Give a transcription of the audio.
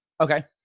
okay